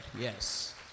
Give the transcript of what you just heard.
Yes